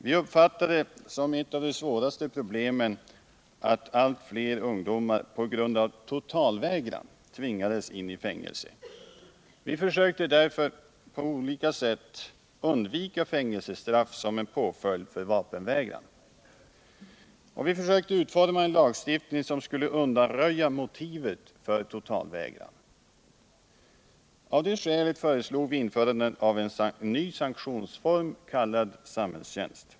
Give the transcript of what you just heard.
Vi uppfattade som ett av de svåraste problemen att allt fler ungdomar på grund av totalvägran tvingades in i fängelse. Vi försökte därför på olika sätt undvika fängelsestraff som påföljd för vapenvägran. Och vi försökte utforma en lagstiftning som skulle kunna undanröja motivet för totalvägran. Av detta skäl föreslog vi införande av en ny sanktionsform, kallad samhällstjänst.